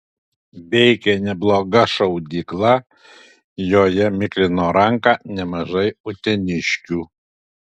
veikė nebloga šaudykla joje miklino ranką nemažai uteniškių